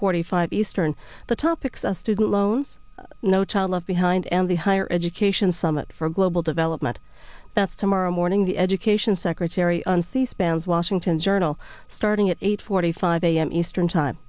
forty five eastern the topics the student loans no child left behind and the higher education summit for global development that's tomorrow morning the education secretary on c span is washington journal starting at eight forty five a m eastern time